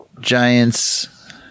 Giants